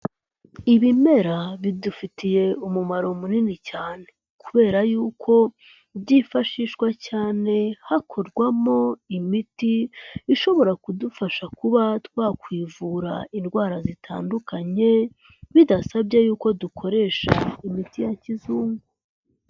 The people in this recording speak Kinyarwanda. Ibimera bidufitiye umumaro munini cyane, kubera yuko byifashishwa cyane hakorwamo imiti ishobora kudufasha kuba twakwivura indwara zitandukanye bidasabye yuko dukoresha imiti ya kizungu.